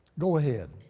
go ahead.